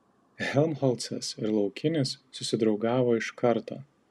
helmholcas ir laukinis susidraugavo iš karto